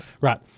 Right